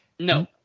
No